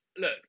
look